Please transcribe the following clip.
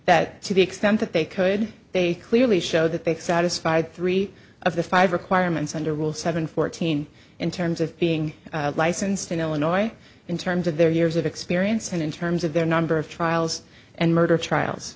that to the extent that they could they clearly show that they satisfied three of the five requirements under rule seven fourteen in terms of being licensed in illinois in terms of their years of experience and in terms of their number of trials and murder trials